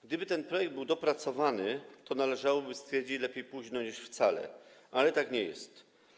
Gdyby ten projekt był dopracowany, to należałoby stwierdzić, że lepiej późno niż wcale, ale tak nie jest.